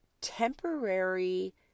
temporary